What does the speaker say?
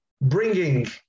bringing